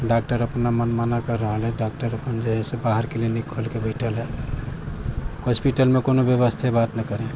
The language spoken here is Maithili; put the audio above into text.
डॉक्टर अपना मनमाना कर रहल हइ डॉक्टर अपन जे हइ बाहर क्लीनिक खोलके बैठल हइ हॉस्पिटलमे कोनो व्यवस्था बात नहि करी